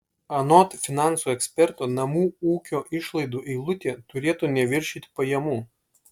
anot finansų eksperto namų ūkio išlaidų eilutė turėtų neviršyti pajamų